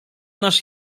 nasz